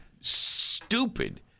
stupid